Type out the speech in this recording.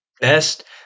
best